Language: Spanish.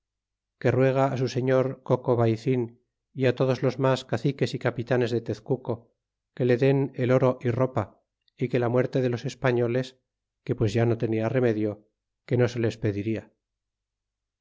que ruega á su señor cocovaicin e todos los mas caciques y capitanes de tezcuco que le den el oro y ropa y que la muerte de los españoles que pues ya no tenia remedio que no se les pedirla